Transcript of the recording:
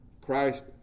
Christ